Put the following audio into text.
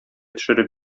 төшереп